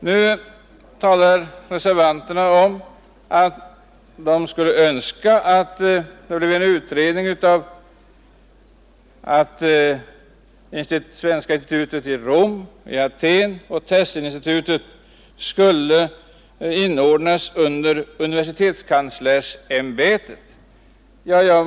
Nu önskar reservanterna en utredning av frågan att inordna svenska instituten i Rom och Aten under universitetskanslersämbetet.